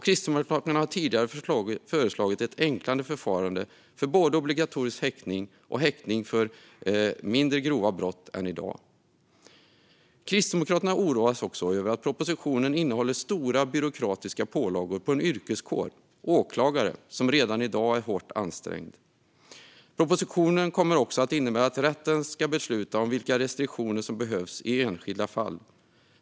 Kristdemokraterna har tidigare föreslagit ett enklare förfarande än i dag för både obligatorisk häktning och häktning för mindre grova brott. Kristdemokraterna oroas också över att propositionen innebär stora byråkratiska pålagor på en yrkeskår, åklagare, som redan i dag är hårt ansträngd. Propositionen kommer också att innebära att rätten ska besluta om vilka restriktioner som behövs i enskilda fall.